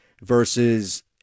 versus